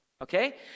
Okay